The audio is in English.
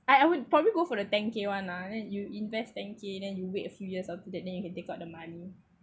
I I would probably go for the ten K one lah then you invest ten K then you wait a few years after that then you can take out the money